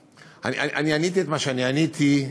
אני עניתי את מה שאני עניתי,